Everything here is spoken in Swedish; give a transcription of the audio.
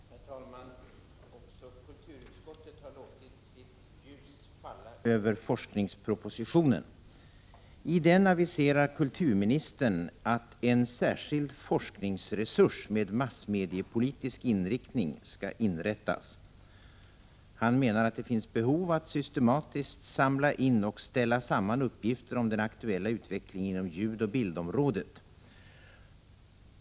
Herr talman! Också kulturutskottet har låtit sitt ljus falla över forskningspropositionen. I den aviserar kulturministern att en särskild forskningsresurs med massmediepolitisk inriktning skall inrättas. Han menar att det finns behov av att systematiskt samla in och ställa samman uppgifter om den aktuella utvecklingen inom ljudoch bildområdet.